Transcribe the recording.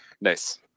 nice